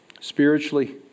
spiritually